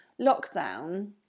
lockdown